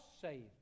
saved